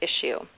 issue